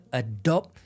adopt